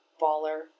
baller